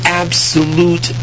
absolute